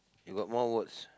you got more words